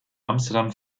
amsterdam